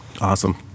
Awesome